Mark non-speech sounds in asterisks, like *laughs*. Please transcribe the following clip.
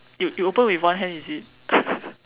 you you open with one hand is it *laughs*